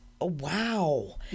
wow